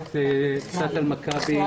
מצגת קצת על מכבי,